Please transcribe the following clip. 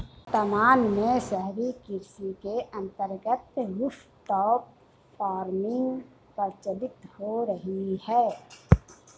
वर्तमान में शहरी कृषि के अंतर्गत रूफटॉप फार्मिंग प्रचलित हो रही है